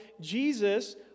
Jesus